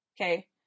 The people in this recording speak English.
Okay